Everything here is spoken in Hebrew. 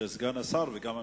שסגן השר וגם הממשלה,